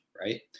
Right